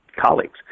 colleagues